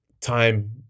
time